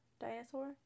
Dinosaur